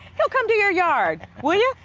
he'll come do your yard. will you?